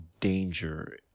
danger